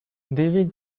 david